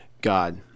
God